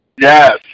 Yes